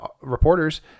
reporters